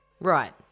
Right